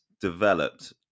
developed